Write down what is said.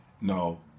no